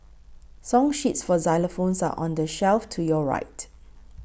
song sheets for xylophones are on the shelf to your right